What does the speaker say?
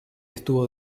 estuvo